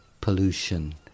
pollution